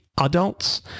adults